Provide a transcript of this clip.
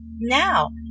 Now